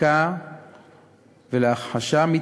צריכה להביא את זה בחשבון,